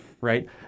right